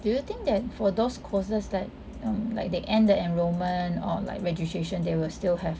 do you think that for those courses like um like they end the enrolment or like registration they will still have